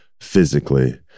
physically